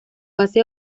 base